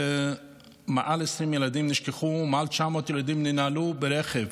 מעל 20 ילדים נשכחו ומעל 900 ילדים ננעלו ברכב